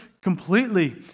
Completely